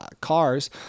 cars